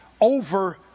over